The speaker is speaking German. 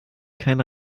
kein